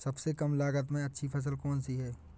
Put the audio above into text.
सबसे कम लागत में अच्छी फसल कौन सी है?